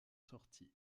sorties